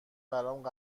برام